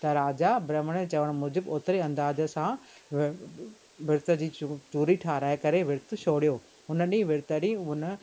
त राजा ब्राहमण जे चवण जे मूजिबि ओतिरे अंदाज सां विर्त जी चूरी ठाराए करे विर्तु छोड़ियो उन ॾींहुं विर्त ॾींहुं उन